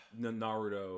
Naruto